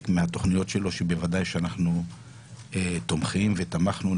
מהתוכניות שלו שבוודאי שאנחנו תומכים ותמכנו בהן,